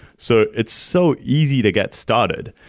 so it's so easy to get started.